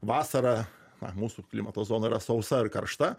vasara mūsų klimato zona yra sausa ir karšta